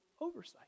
oversight